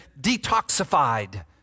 detoxified